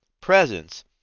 presence